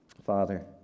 Father